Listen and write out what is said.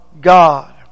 God